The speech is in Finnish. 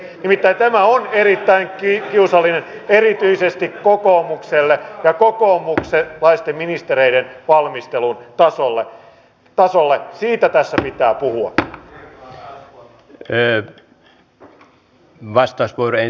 metsässä metsämarjoja on keräämässä tällä hetkellä thaimaalaisia ja nämä kotoutuvat heti kun ne löytävät töitä ne tulevat sen työpaikan perässä